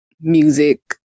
music